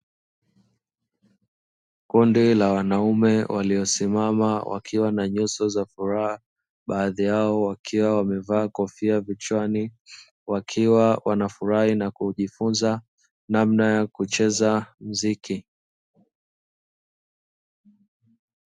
Kundi la wanaume waliosimama wakiwa na nyuso za furaha baadhi yao wakiwa wamevaa kofia vichwani wakiwa wana furahi na kujifunza namna ya kucheza mziki.